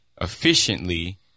efficiently